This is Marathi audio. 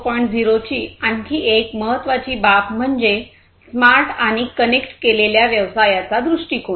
0 ची आणखी एक महत्त्वाची बाब म्हणजे स्मार्ट आणि कनेक्ट केलेल्या व्यवसायाचा दृष्टीकोण